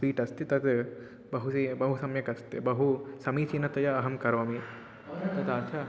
sweet अस्ति तद् बहु सा बहु सम्यक् अस्ति बहु समीचिनतया अहं करोमि तथा च